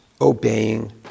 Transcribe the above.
obeying